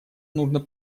нужно